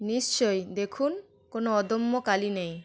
নিশ্চয়ই দেখুন কোনও অদম্য কালি নেই